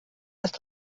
ist